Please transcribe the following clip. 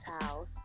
house